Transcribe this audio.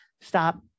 Stop